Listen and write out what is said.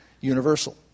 universal